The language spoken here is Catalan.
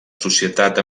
societat